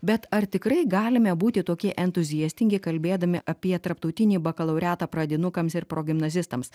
bet ar tikrai galime būti tokie entuziastingi kalbėdami apie tarptautinį bakalaureatą pradinukams ir progimnazistams